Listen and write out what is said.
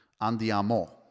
Andiamo